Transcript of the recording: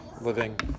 living